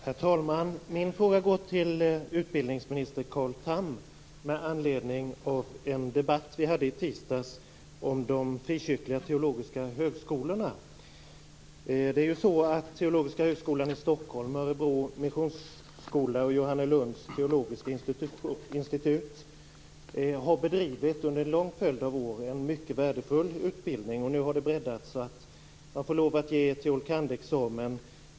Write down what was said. Herr talman! Min fråga går till utbildningsminister Carl Tham med anledning av en debatt vi hade i tisdags om de frikyrkliga teologiska högskolorna. Teologiska Högskolan i Stockholm, Örebro Missionsskola och Johannelunds Teologiska Institut har under en lång följd av år bedrivit en mycket värdefull utbildning. Nu har den breddats så att de får lov att ge teol. kand.-examen.